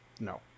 No